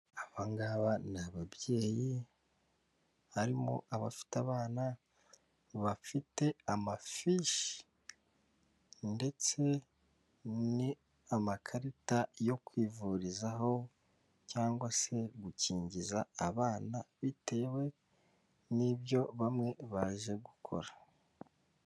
Abangaba n'ababyeyi harimo abafite abana, bafite amafishi ndetse n'amakarita yo kwivurizaho cyangwa se gukingiza abana bitewe n'ibyo bamwe baje gukora.